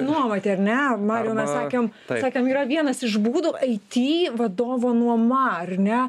nuomoti ar ne marijau mes sakėm sakėm yra vienas iš būdų aiti vadovo nuoma ar ne